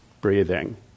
breathing